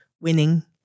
winning